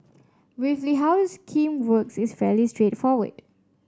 briefly how the scheme works is fairly straightforward